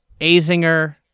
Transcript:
Azinger